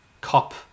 cop